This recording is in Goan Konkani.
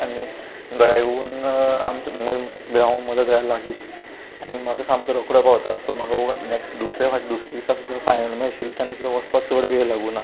आनी घरा येवन आमचे ग्रावंड म्हजे घरा लागींच आनी म्हाका सामको रोकडो पावता सो म्हाका नॅक्स दुसरे फावट दुसरे दिसा सुद्दां फायनल मॅच आशिल्ली तेन्ना सुद्दां वचपाक चड वेळ लागूना